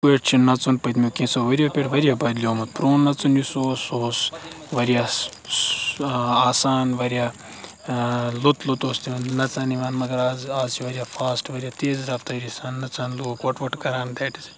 پٲٹھۍ چھِ نَژُن پٔتمہِ کینٛہہ سُہ ؤریو پیٚٹھ واریاہ بَدلیومُت پرٛون نَژُن یُس اوس سُہ اوس واریاہ سُہ آسان واریاہ لوٚت لوٚت اوس تِمَن نَژَن یِوان مگر آز آز چھِ واریاہ فاسٹ واریاہ تیز رَفتٲری سان نَژَن لوٗکھ وۄٹ وۄٹ کَران دیٹ اِز اِٹ